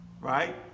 right